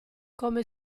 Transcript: come